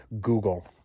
Google